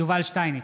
יובל שטייניץ,